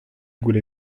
gwelet